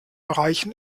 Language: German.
erreichen